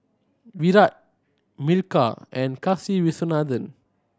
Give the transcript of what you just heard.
Virat Milkha and Kasiviswanathan